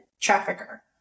trafficker